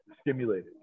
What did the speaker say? stimulated